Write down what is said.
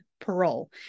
parole